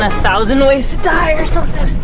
ah thousand ways to die or something.